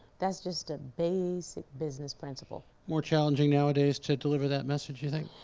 that's just a basic business principle. more challenging nowadays to deliver that message, you think?